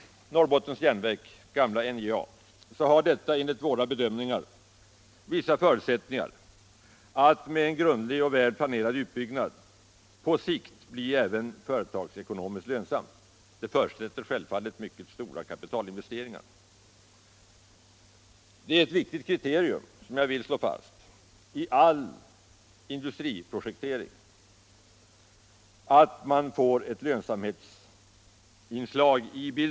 Norrbottens Järnverk, gamla NJA, har enligt våra bedömningar vissa förutsättningar att med en grundlig och väl planerad utbyggnad på sikt bli även företagsekonomiskt lönsamt. Det förutsätter självfallet mycket stora kapitalinvesteringar. Jag vill slå fast att ev viktigt kriterium i all industriprojektering är att man får ett lönsamhetsinslag.